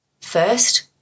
First